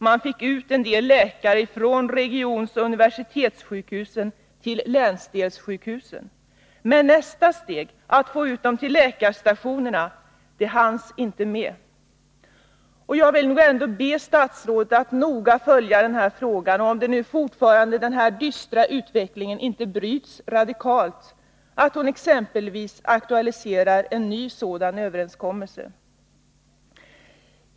Man fick ut en del läkare från regionoch universitetssjukhusen till ländelssjukhusen. Men nästa steg, att få dem ut till läkarstationerna, hanns inte med. Jag vill ändå be statsrådet att noga följa denna fråga och att, om den nu fortfarande dystra utvecklingen inte bryts radikalt, exempelvis aktualisera en ny sådan överenskommelse.